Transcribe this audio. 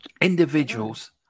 individuals